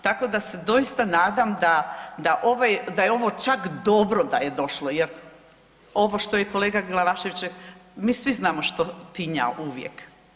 Tako da se doista nadam da ovo, da je čak dobro da je došlo jer ovo što je i kolega Glavašević, mi svi znamo što tinja uvijek.